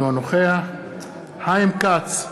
אינו נוכח חיים כץ,